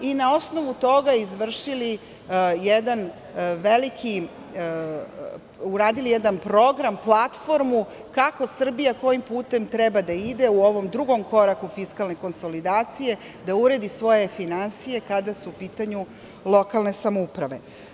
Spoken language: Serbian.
Na osnovu toga su radili jedan program, platformu kako Srbija, kojim putem treba da ide u ovom drugom koraku fiskalne konsolidacije, da uredi svoje finansije kada su u pitanju lokalne samouprave.